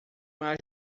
mais